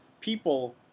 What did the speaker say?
people